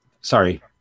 sorry